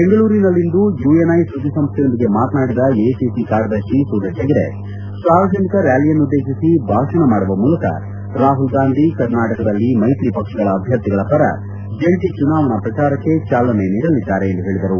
ಬೆಂಗಳೂರಿನಲ್ಲಿಂದು ಯುಎನ್ಐ ಸುದ್ದಿ ಸಂಸ್ಥೆಯೊಂದಿಗೆ ಮಾತನಾಡಿದ ಎಐಸಿಸಿ ಕಾರ್ಯದರ್ಶಿ ಸೂರಜ್ ಹೆಗ್ಡೆ ಸಾರ್ವಜನಿಕ ರ್ಕಾಲಿಯನ್ನುದ್ದೇತಿಸಿ ಭಾಷಣ ಮಾಡುವ ಮೂಲಕ ರಾಹುಲ್ ಗಾಂಧಿ ಕರ್ನಾಟಕದಲ್ಲಿ ಮೈತ್ರಿ ಪಕ್ಷಗಳ ಅಭ್ಯರ್ಥಿಗಳ ಪರ ಜಂಟಿ ಚುನಾವಣಾ ಪ್ರಚಾರಕ್ಕೆ ಚಾಲನೆ ನೀಡಲಿದ್ದಾರೆ ಎಂದು ಹೇಳಿದರು